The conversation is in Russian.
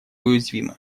уязвимы